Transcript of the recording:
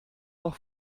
noch